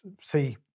see